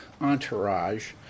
entourage